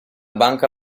banca